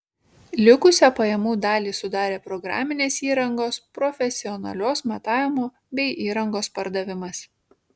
likusią pajamų dalį sudarė programinės įrangos profesionalios matavimo bei įrangos pardavimas